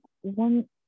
one